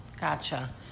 Gotcha